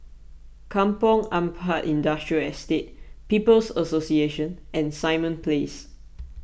Kampong Ampat Industrial Estate People's Association and Simon Place